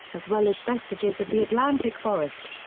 as well as vestiges of the atlantic forest.